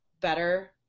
better